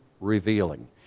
revealing